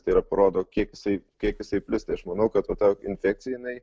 tai yra parodo kiek jisai kiek jisai plis tai aš manau kad va ta infekcija jinai